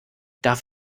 darf